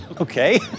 Okay